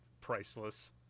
priceless